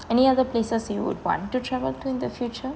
any other places you would want to travel to in the future